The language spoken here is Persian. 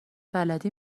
بلدی